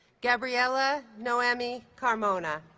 gabriella noemi carmona